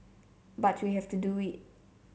but we have to do it